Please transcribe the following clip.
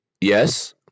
Yes